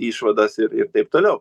išvadas ir ir taip toliau